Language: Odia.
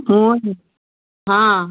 ହଁ